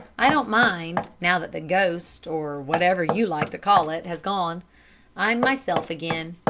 i don't mind, now that the ghost, or whatever you like to call it, has gone i'm myself again.